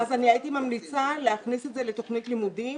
אז אני הייתי ממליצה להכניס את זה לתכנית לימודים,